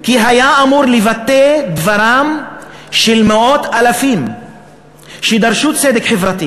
כי הוא היה אמור לבטא דברם של מאות אלפים שדרשו צדק חברתי